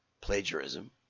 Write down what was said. plagiarism